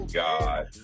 god